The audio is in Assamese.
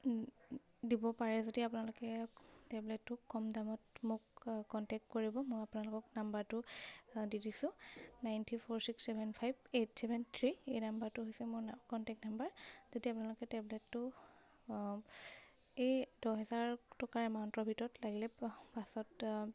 দিব পাৰে যদি আপোনালোকে টেবলেটটো কম দামত মোক কণ্টেক কৰিব মই আপোনালোকক নাম্বাৰটো দি দিছোঁ nine three four six seven five eight seven three এই নাম্বাৰটো হৈছে মোৰ কণ্টেক্ট নাম্বাৰ যদি আপোনালোকে টেবলেটটো এই দহ হেজাৰ টকাৰ এমাউণ্টৰ ভিতৰত লাগিলে পাছত